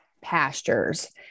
pastures